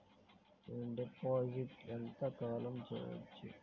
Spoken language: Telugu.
నేను డిపాజిట్ ఎంత కాలం చెయ్యవచ్చు?